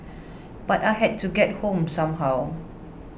but I had to get home somehow